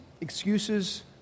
excuses